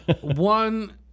one